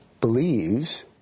believes